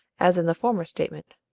as in the former statement?